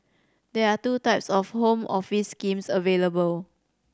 there are two types of Home Office schemes available